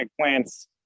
plants